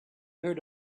heard